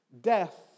Death